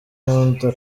ankunda